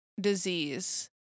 disease